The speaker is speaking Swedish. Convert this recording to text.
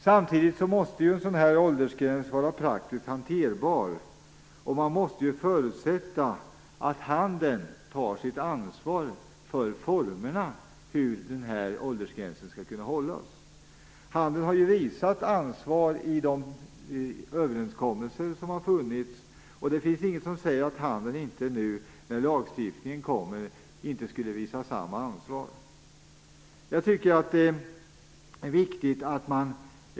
Samtidigt måste en sådan här åldersgräns vara praktiskt hanterbar. Man måste förutsätta att handeln tar sitt ansvar för formerna i fråga om hur åldersgränsen skall kunna hållas. Handeln har ju visat ansvar i de överenskommelser som har träffats, och det finns ingenting som säger att handeln inte skulle visa samma ansvar när lagstiftningen nu kommer.